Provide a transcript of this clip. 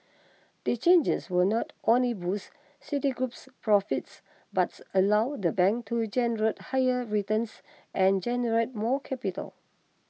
the changes will not only boosts Citigroup's profits but allow the bank to generate higher returns and generate more capital